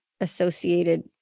associated